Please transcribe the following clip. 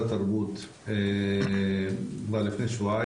התרבות והספורט כבר לפני שבועיים,